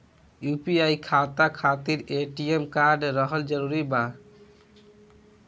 UPI खाता खातिर ATM card रहल जरूरी बा?